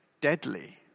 deadly